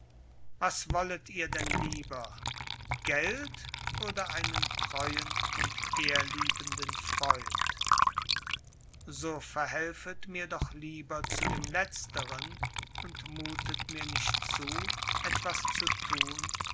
was wollet ihr denn lieber geld oder einen treuen und ehrliebenden freund so verhelfet mir doch lieber zu dem letzteren und muthet mir nicht zu etwas zu thun